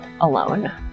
alone